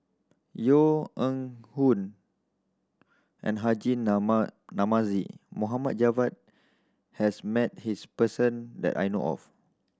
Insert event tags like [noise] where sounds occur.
Yeo [unintelligible] Hong and Haji [unintelligible] Namazie Mohd Javad has met his person that I know of